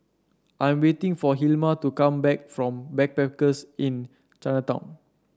I'm waiting for Hilma to come back from Backpackers Inn Chinatown